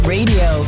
Radio